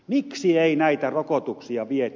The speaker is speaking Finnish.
miksi ei näitä rokotuksia viety